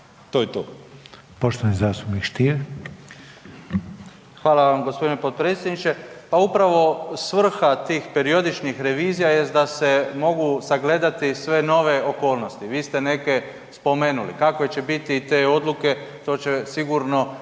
to je to.